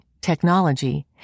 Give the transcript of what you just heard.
technology